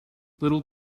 little